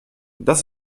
das